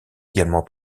également